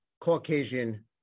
Caucasian